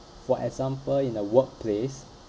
for example in the workplace